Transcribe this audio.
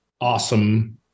awesome